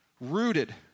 Rooted